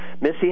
Missy